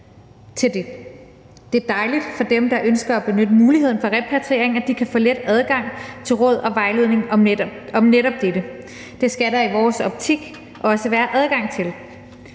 Det er dejligt for dem, der ønsker at benytte muligheden for repatriering, at de kan få let adgang til råd og vejledning om netop dette. Det skal der i vores optik også være adgang til.